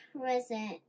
present